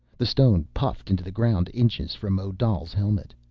the stone puffed into the ground inches from odal's helmet.